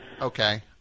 Okay